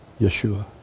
Yeshua